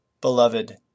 Beloved